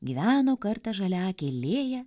gyveno kartą žaliaakė lėja